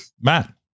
Matt